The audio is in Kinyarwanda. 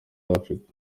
africa